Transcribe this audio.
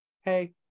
Hey